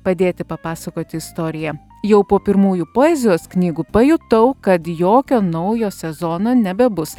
padėti papasakoti istoriją jau po pirmųjų poezijos knygų pajutau kad jokio naujo sezono nebebus